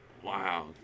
Wow